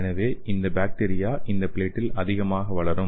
எனவே இந்த பாக்டீரியா இந்த பிலேட்டில் அதிகமாக வளரும்